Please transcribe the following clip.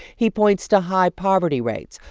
he points to high poverty rates,